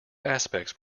aspects